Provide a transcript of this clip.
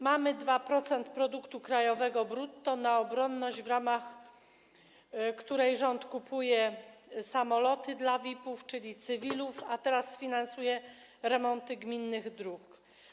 Mamy 2% produktu krajowego brutto na obronność, w ramach której rząd kupuje samoloty dla VIP-ów, czyli cywilów, a teraz sfinansuje remonty gminnych dróg.